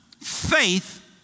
faith